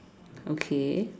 okay